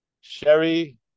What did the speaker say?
Sherry